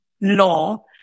law